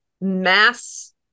mass